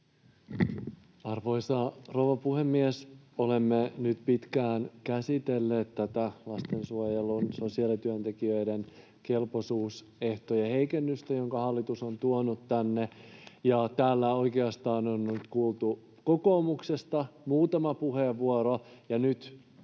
Arvoisa rouva puhemies! Olemme nyt pitkään käsitelleet tätä lastensuojelun sosiaalityöntekijöiden kelpoisuusehtojen heikennystä, jonka hallitus on tuonut tänne. Täällä oikeastaan on nyt kuultu kokoomuksesta muutama puheenvuoro,